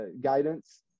guidance